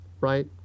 right